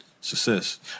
success